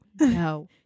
no